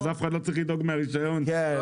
אז אף אחד לא צריך לדאוג מהרשיון ומההנפצות.